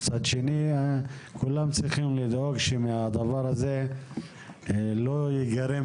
מצד שני כולם צריכים לדאוג שמהדבר הזה לא ייגרם